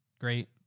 great